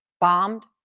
bombed